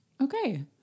Okay